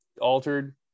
altered